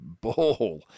ball